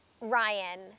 Ryan